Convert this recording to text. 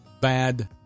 bad